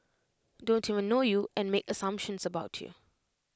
don't even know you and make assumptions about you